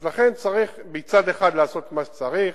לכן, מצד אחד, צריך לעשות מה שצריך,